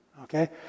Okay